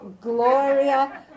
Gloria